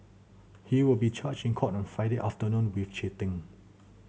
he will be charged in court on Friday afternoon with cheating